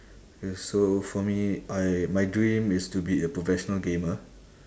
K so for me I my dream is to be a professional gamer